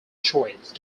choice